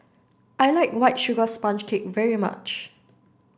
I like white sugar sponge cake very much